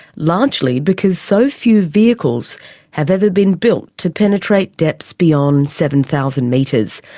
largely because so few vehicles have ever been built to penetrate depths beyond seven thousand metres.